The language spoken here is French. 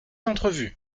entrevue